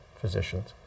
physicians